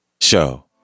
Show